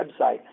website